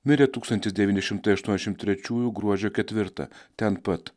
mirė tūkstantis devyni šimtai aštuoniasdešimt trečiųjų gruodžio ketvirtą ten pat